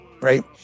right